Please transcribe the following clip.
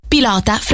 Pilota